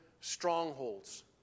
strongholds